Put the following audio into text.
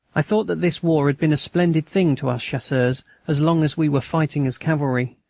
i thought that this war had been a splendid thing to us chasseurs as long as we were fighting as cavalry,